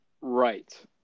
right